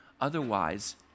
Otherwise